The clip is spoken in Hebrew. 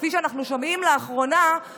כפי שאנחנו שומעים לאחרונה.